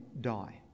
die